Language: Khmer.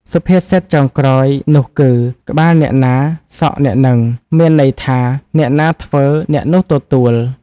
សុភាសិតចុងក្រោយនោះគឺ ក្បាលអ្នកណាសក់អ្នកហ្នឹង មានន័យថា អ្នកណាធ្វើ អ្នកនោះទទួល ។